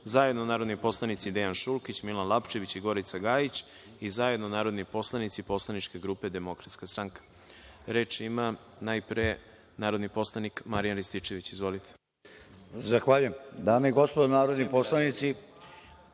zajedno narodni poslanici Dejan Šulkić, Milan Lapčević i Gorica Gajić i zajedno narodni poslanici poslaničke grupe DS.Da li neko želi reč? (Da.)Reč ima najpre narodni poslanik Marijan Rističević. **Marijan Rističević** Zahvaljuje. Dame i gospodo narodni poslanici,